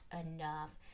enough